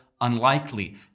unlikely